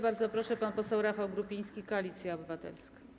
Bardzo proszę, pan poseł Rafał Grupiński, Koalicja Obywatelska.